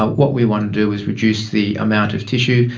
what we want to do is reduce the amount of tissue,